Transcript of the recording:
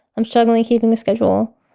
i'm struggling keeping a schedule.